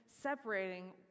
separating